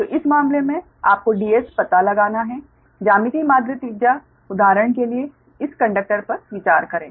तो इस मामले में आपको Ds पता लगाना है ज्यामितीय माध्य त्रिज्या उदाहरण के लिए इस कंडक्टर पर विचार करें